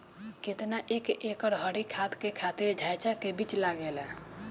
केतना एक एकड़ हरी खाद के खातिर ढैचा के बीज लागेला?